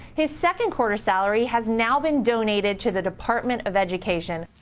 his second quarter salary has now been donate to the department of education.